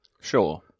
Sure